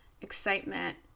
excitement